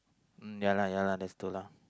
mm yeah lah yeah lah that's true lah